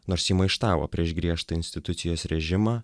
nors ji maištavo prieš griežtą institucijos režimą